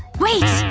wait!